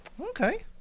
okay